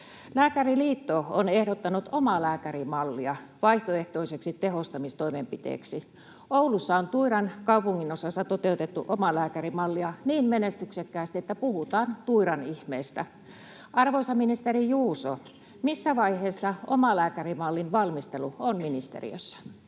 Lääkäriliitto on ehdottanut omalääkärimallia vaihtoehtoiseksi tehostamistoimenpiteeksi. Oulussa on Tuiran kaupunginosassa toteutettu omalääkärimallia niin menestyksekkäästi, että puhutaan Tuiran ihmeestä. Arvoisa ministeri Juuso, missä vaiheessa omalääkärimallin valmistelu on ministeriössä?